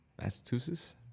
Massachusetts